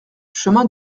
chemin